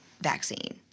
vaccine